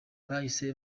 bahise